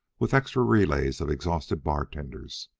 with extra relays of exhausted bartenders,